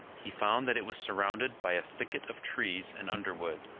he found that it was surrounded by a thicket of trees and underwood,